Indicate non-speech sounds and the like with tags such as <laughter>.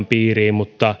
<unintelligible> piiriin mutta